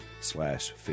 slash